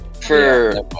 For-